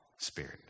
Spirit